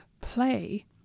play